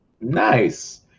Nice